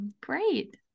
great